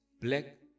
Black